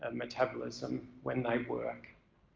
and metabolism when they work.